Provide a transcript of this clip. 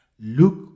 Look